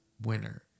winner